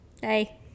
Hey